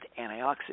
antioxidants